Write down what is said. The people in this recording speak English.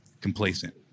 complacent